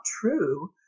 true